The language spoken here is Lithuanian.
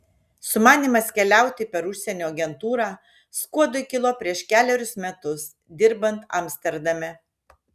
sumanymas keliauti per užsienio agentūrą skuodui kilo prieš kelerius metus dirbant amsterdame